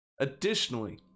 Additionally